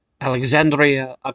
Alexandria